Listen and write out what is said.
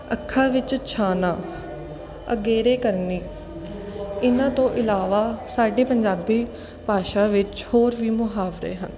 ਅੱਖਾਂ ਵਿੱਚ ਛਾਨਾ ਅਗੇਰੇ ਕਰਨੀ ਇਹਨਾਂ ਤੋਂ ਇਲਾਵਾ ਸਾਡੇ ਪੰਜਾਬੀ ਭਾਸ਼ਾ ਵਿੱਚ ਹੋਰ ਵੀ ਮੁਹਾਵਰੇ ਹਨ